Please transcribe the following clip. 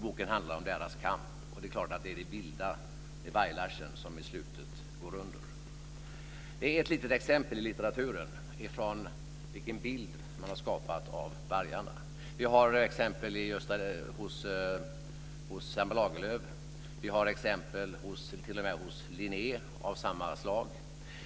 Boken handlar om deras kamp. Det är klart att det är det vilda, Varg-Larsen, som i slutet går under. Det är ett litet exempel från litteraturen på vilken bild man har skapat av vargarna. Vi har exempel hos Selma Lagerlöf. Vi har exempel t.o.m. hos Linné av samma slag.